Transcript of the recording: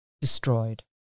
Destroyed